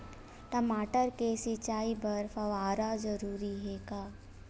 टमाटर के सिंचाई बर फव्वारा जरूरी हे का?